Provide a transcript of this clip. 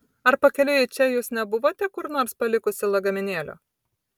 ar pakeliui į čia jūs nebuvote kur nors palikusi lagaminėlio